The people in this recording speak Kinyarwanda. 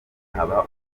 haba